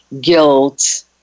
guilt